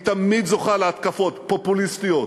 היא תמיד זוכה להתקפות פופוליסטיות.